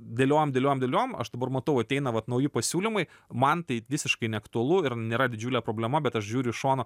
dėliojam dėliojam dėliojam aš dabar matau ateina vat nauji pasiūlymai man tai visiškai neaktualu ir nėra didžiulė problema bet aš žiūriu iš šono